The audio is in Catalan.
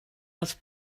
els